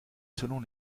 selon